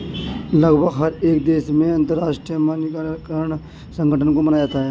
लगभग हर एक देश में अंतरराष्ट्रीय मानकीकरण संगठन को माना जाता है